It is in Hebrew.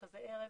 מרכזי ערב,